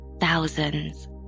thousands